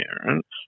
parents